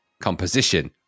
composition